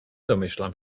domyślam